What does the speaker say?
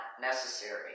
necessary